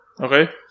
Okay